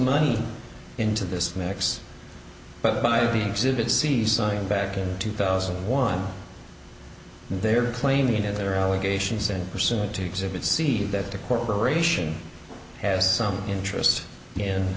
money into this mix but by the exhibit c signed back in two thousand and one they're claiming in their allegations that pursuant to exhibit see that the corporation has some interest in